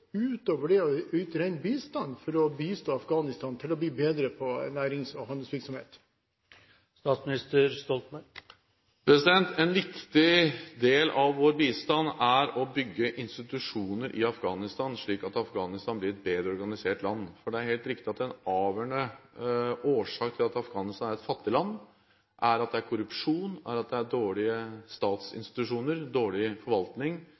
utover det å yte ren bistand, for å bistå Afghanistan til å bli bedre på nærings- og handelsvirksomhet? En viktig del av vår bistand er å bygge institusjoner i Afghanistan, slik at Afghanistan blir et bedre organisert land. Det er helt riktig at en avgjørende årsak til at Afghanistan er et fattig land, er at det er korrupsjon, dårlige statsinstitusjoner og dårlig forvaltning.